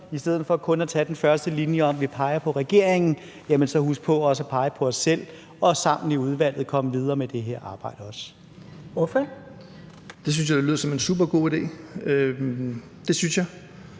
i stedet for kun at tage den første linje om, at vi peger på regeringen, også husker på at pege på os selv og sammen i udvalget kommer videre med det her arbejde. Kl. 19:31 Første næstformand (Karen Ellemann):